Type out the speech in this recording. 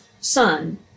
sun